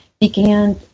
began